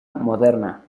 moderna